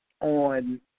on